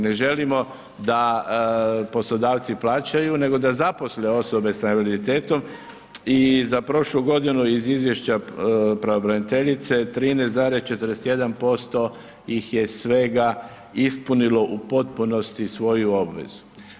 Ne želimo da poslodavci plaćaju, nego da zaposle osobe s invaliditetom i za prošlu godinu iz izvješća pravobraniteljice, 13,41% ih je svega ispunilo u potpunosti svoju obavezu.